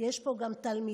יש פה גם תלמידים,